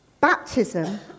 baptism